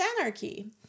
anarchy